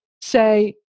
say